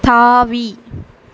தாவி